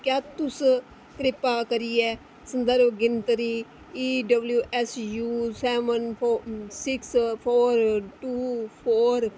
क्या तुस कृपा करियै संदर्भ गिनतरी ई डब्लयू ऐस्स जू seven four six four two four